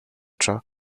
two